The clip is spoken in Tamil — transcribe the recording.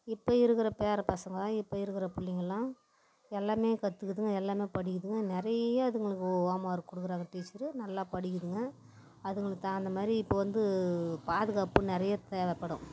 இப்போ இருக்கிற பேர பசங்கள் இப்போ இருக்கிற பிள்ளைங்களாம் எல்லாமே கற்றுக்குதுங்க எல்லாமே படிக்குதுங்க நிறையா அதுங்களுக்கு ஹோம் ஒர்க் கொடுக்குறாங்க டீச்சரு நல்லா படிக்குதுங்க அதுங்களுக்கு அந்த மாதிரி இப்போ வந்து பாதுகாப்பும் நிறையா தேவைப்படும்